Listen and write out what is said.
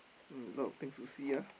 mm a lot things to see ah